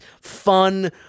fun